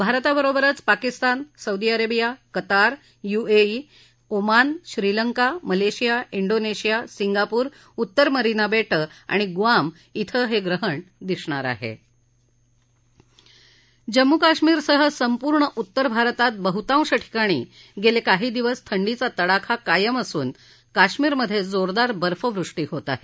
भारताबरोबरच Pakistan Saudi Arabia Qatar UAE Oman Sri Lanka Malaysia Indonesia Singapore उत्तर Mariana बेटं आणि गुआम जम्मू काश्मिरसह संपूर्ण उत्तर भारतात बहुतांश ठिकाणी गेले काही दिवस थंडीचा तडाखा कायम असून काश्मिरमधे जोरदार बर्फवृष्टी होत आहे